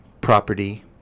property